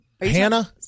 hannah